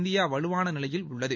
இந்தியாவலுவானநிலையில் உள்ளது